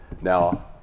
Now